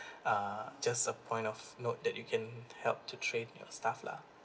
uh just a point of note that you can help to train your staff lah